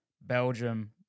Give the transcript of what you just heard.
Belgium